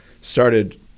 started